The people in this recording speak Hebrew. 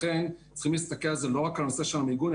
לכן צריך להסתכל לא רק הנושא של המיגון,